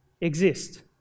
exist